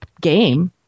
game